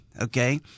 okay